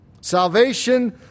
Salvation